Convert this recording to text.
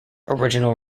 original